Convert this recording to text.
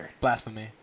Blasphemy